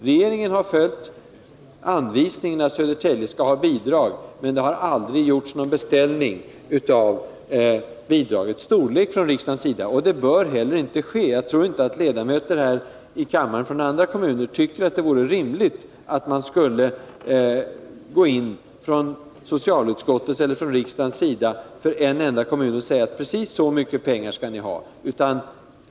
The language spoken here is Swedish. Regeringen har följt anvisningen att Södertälje skall ha bidrag, men det har aldrig gjorts någon beställning från riksdagens sida avseende bidragets storlek — och det bör heller inte ske. Jag tror inte att ledamöter här i kammaren från andra kommuner tycker att det skulle vara rimligt att socialutskottet eller riksdagen skulle säga, beträffande en enda kommun, att den skulle ha just ett visst belopp.